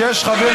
יש לי.